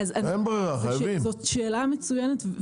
אין פה מהלכים אמיתיים שיורידו את יוקר המחייה.